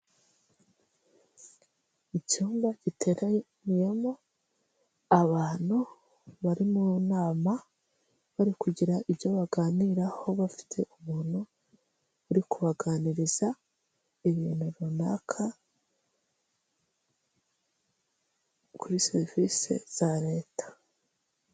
Icyumba giteraniyemo abantu bari mu nama, bari kugira ibyo baganiraho, bafite umuntu uri kubaganiriza ibintu runaka kuri serivise za leta.